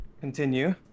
Continue